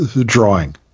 drawing